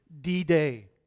D-Day